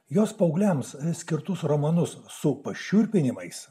jos paaugliams skirtus romanus su pašiurpinimais